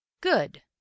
Good